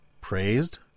praised